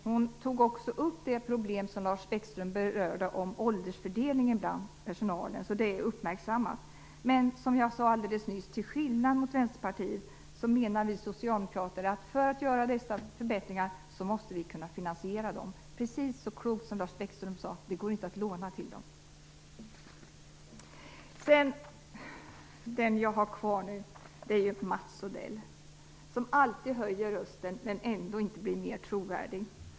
Hon tog också upp det problem med åldersfördelningen inom personalen som Lars Bäckström berörde. Det är alltså uppmärksammat. Som jag alldeles nyss sade menar vi socialdemokrater till skillnad mot företrädarna för Vänsterpartiet att vi för att kunna göra dessa förbättringar måste kunna finansiera dem. Som Lars Bäckström så klokt sade kan vi inte låna till dem. Till sist några ord till Mats Odell, som alltid höjer rösten men ändå inte blir mer trovärdig.